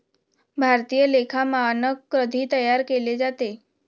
भारतीय लेखा मानक कधी तयार केले जाते?